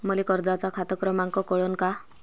मले कर्जाचा खात क्रमांक कळन का?